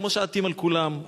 כמו שעטים על כולם,